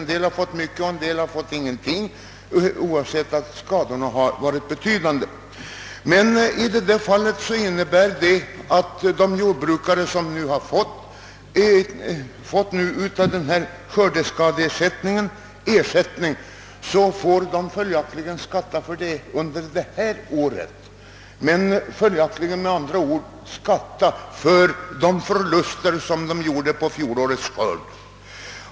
En del har fått mycket, medan andra inte fått någonting alls, trots att skadorna varit betydande även i det senare fallet. De jordbrukare som erhållit skördeskadeersättning får emellertid skatta för denna i år — de får, med andra ord, nu skatta för de förluster som de gjorde på fjolårets skörd.